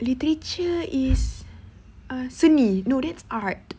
literature is err seni no that's art